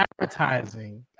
advertising